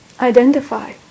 identify